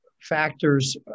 factors